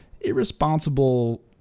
irresponsible